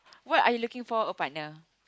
what are you looking for a partner